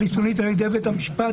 חיצונית על ידי בית המשפט,